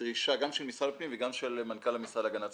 בדרישה גם של משרד הפנים וגם של מנכ"ל המשרד להגנת הסביבה.